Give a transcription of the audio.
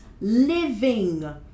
living